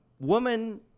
woman